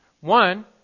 One